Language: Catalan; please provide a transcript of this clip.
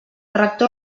rector